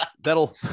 that'll